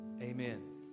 amen